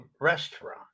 restaurant